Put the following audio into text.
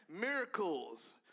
Miracles